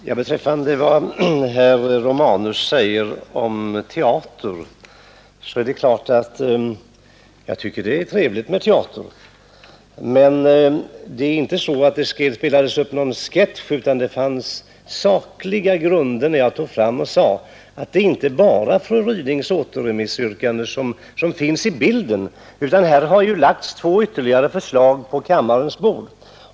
Herr talman! Beträffande vad herr Romanus säger om teater vill jag säga att jag tycker att det är trevligt med teater. Här spelades inte upp någon sketch, utan det fanns sakliga grunder till mitt yttrande. Jag sade att det inte bara är fru Rydings återremissyrkande, som finns i bilden, utan här har ytterligare två förslag lagts på kammarens bord.